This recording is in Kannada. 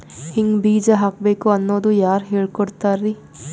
ಹಿಂಗ್ ಬೀಜ ಹಾಕ್ಬೇಕು ಅನ್ನೋದು ಯಾರ್ ಹೇಳ್ಕೊಡ್ತಾರಿ?